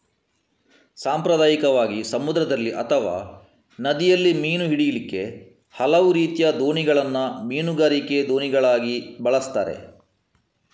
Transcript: ಸಾಂಪ್ರದಾಯಿಕವಾಗಿ ಸಮುದ್ರದಲ್ಲಿ ಅಥವಾ ನದಿಯಲ್ಲಿ ಮೀನು ಹಿಡೀಲಿಕ್ಕೆ ಹಲವು ರೀತಿಯ ದೋಣಿಗಳನ್ನ ಮೀನುಗಾರಿಕೆ ದೋಣಿಗಳಾಗಿ ಬಳಸ್ತಾರೆ